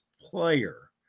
player